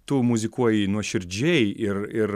tu muzikuoji nuoširdžiai ir ir